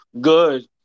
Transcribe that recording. good